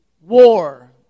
war